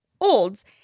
Olds